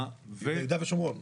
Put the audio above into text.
יהודה ושומרון.